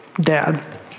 dad